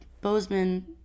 Bozeman